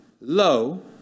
low